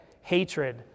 Hatred